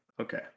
Okay